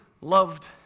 loved